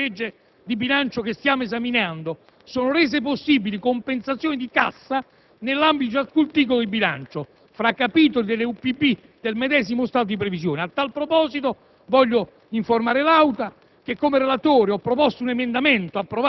Con l'articolo 22, comma 21, del disegno di legge di bilancio che stiamo esaminando, sono rese possibili compensazioni di cassa, nell'ambito di ciascun titolo di bilancio, tra capitoli delle u.p.b. del medesimo stato di previsione. A tal proposito voglio informare l'Aula